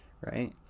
right